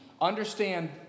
understand